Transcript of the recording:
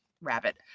rabbit